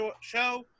show